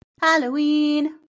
Halloween